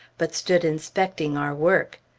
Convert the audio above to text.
but stood inspecting our work.